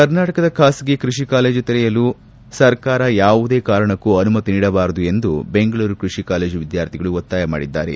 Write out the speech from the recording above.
ಕರ್ನಾಟಕದ ಖಾಸಗಿ ಕೃಷಿ ಕಾಲೇಜು ತೆರೆಯಲು ಸರ್ಕಾರ ಯಾವುದೇ ಕಾರಣಕ್ಕೂ ಅನುಮತಿ ನೀಡಬಾರದು ಎಂದು ಬೆಂಗಳೂರು ಕೃಷಿ ಕಾಲೇಜು ವಿದ್ಕಾರ್ಥಿಗಳು ಒತ್ತಾಯ ಮಾಡಿದ್ದಾರೆ